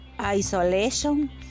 isolation